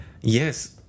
yes